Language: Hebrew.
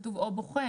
כתוב "או בוחן".